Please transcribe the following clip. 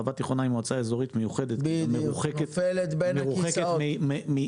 הערבה התיכונה היא מועצה אזורית מיוחדת כי היא מרוחקת מעיר.